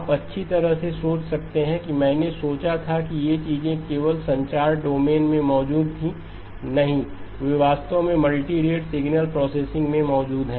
आप अच्छी तरह से सोच सकते हैं मैंने सोचा था कि ये चीजें केवल संचार डोमेन में मौजूद थीं नहीं वे वास्तव में मल्टीरेट सिग्नल प्रोसेसिंग में भी मौजूद हैं